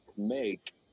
make